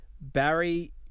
Barry